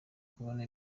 kubona